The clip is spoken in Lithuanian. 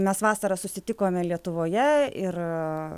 mes vasarą susitikome lietuvoje ir